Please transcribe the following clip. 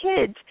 kids